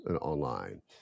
online